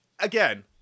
again